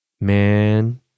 Man